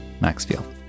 Maxfield